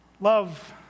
love